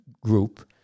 group